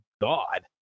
God